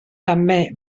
també